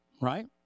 right